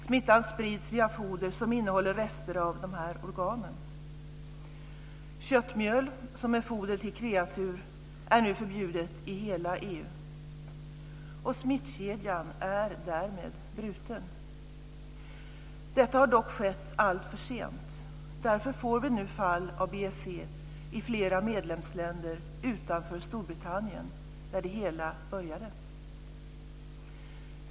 Smittan sprids via foder som innehåller rester av de här organen. Köttmjöl, som är foder till kreatur, är nu förbjudet i hela EU. Smittkedjan är därmed bruten. Detta har dock skett alltför sent. Därför får vi nu fall av BSE i flera medlemsländer utanför Storbritannien, där det hela började.